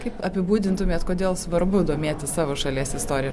kaip apibūdintumėt kodėl svarbu domėtis savo šalies istorija